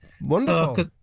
Wonderful